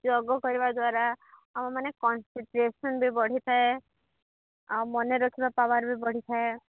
ଯୋଗ କରିବା ଦ୍ୱାରା ଆମ ମାନ କନସନଟ୍ରେସନ ବି ବଢ଼ିଥାଏ ଆଉ ମନେ ରଖିବା ପାୱାର ବି ବଢ଼ିଥାଏ